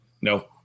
no